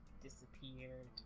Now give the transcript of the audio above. disappeared